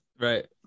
Right